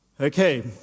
Okay